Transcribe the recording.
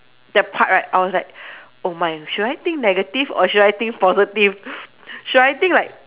the part right I was like oh my should I think negative or should I think positive should I think like